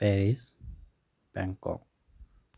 Paris Bangkok